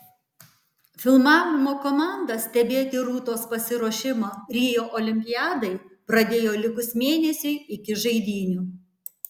filmavimo komanda stebėti rūtos pasiruošimą rio olimpiadai pradėjo likus mėnesiui iki žaidynių